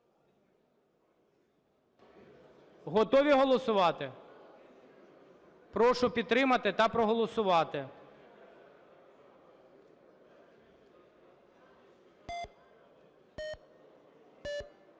Готові голосувати? Прошу підтримати та проголосувати.